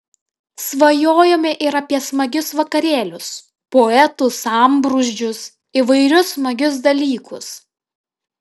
svajojome ir apie smagius vakarėlius poetų sambrūzdžius įvairius smagius dalykus